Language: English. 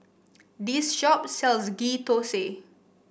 this shop sells Ghee Thosai